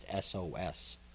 SOS